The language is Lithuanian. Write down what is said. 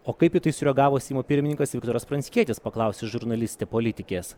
o kaip į tai sureagavo seimo pirmininkas viktoras pranckietis paklausė žurnalistė politikės